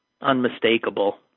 unmistakable